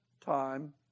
time